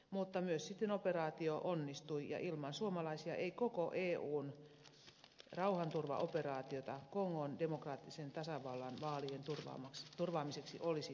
mutta myös operaatio sitten onnistui ja ilman suomalaisia ei koko eun rauhanturvaoperaatiota kongon demokraattisen tasavallan vaalien turvaamiseksi olisi tapahtunut